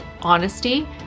honesty